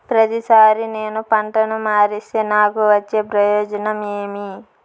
ప్రతిసారి నేను పంటను మారిస్తే నాకు వచ్చే ప్రయోజనం ఏమి?